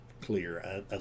clear